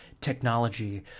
technology